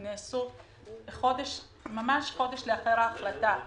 נעשו ממש חודש לאחר ההחלטה.